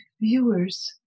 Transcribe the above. viewers